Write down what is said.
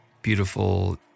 Beautiful